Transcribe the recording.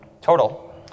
total